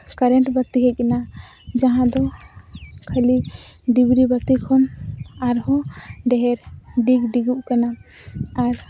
current ᱵᱟᱹᱛᱤ ᱦᱮᱡᱽᱼᱮᱱᱟ ᱡᱟᱦᱟᱸ ᱫᱚ ᱠᱷᱟᱹᱞᱤ ᱰᱤᱵᱽᱨᱤ ᱵᱟᱹᱛᱤ ᱠᱷᱚᱱ ᱟᱨᱦᱚᱸ ᱰᱷᱮᱹᱨ ᱰᱤᱜᱽᱼᱰᱤᱜᱚᱜ ᱠᱟᱱᱟ ᱟᱨ